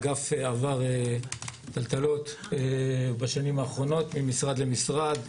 האגף עבר טלטלות בשנים האחרונות ממשרד למשרד,